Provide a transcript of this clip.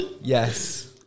Yes